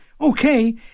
Okay